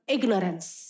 Ignorance